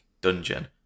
Dungeon